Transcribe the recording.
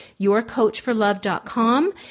yourcoachforlove.com